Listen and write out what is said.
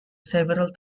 several